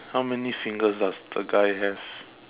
how many fingers does the guy have